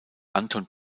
anton